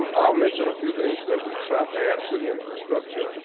um i'll mention a few things that we tried to add to the infrastructure.